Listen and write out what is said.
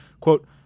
quote